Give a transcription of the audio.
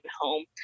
home